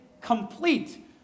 complete